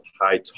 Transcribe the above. high